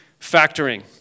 factoring